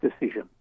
decision